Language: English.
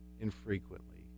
infrequently